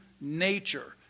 nature